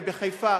ובחיפה,